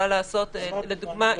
לדוגמה,